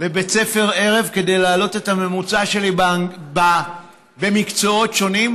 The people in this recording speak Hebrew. לבית ספר ערב כדי להעלות את הממוצע שלי במקצועות שונים,